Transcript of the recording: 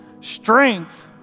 Strength